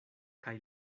kaj